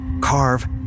carve